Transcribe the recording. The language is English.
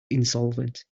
insolvent